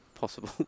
possible